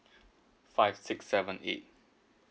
five six seven eight